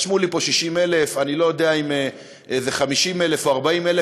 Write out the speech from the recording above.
רשמו לי פה 60,000. אני לא יודע אם זה 50,000 או 40,000,